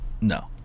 No